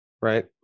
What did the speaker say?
Right